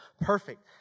perfect